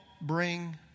bring